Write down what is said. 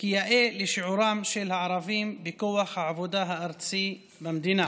כיאה לשיעורם של הערבים בכוח העבודה הארצי במדינה.